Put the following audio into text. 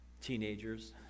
teenagers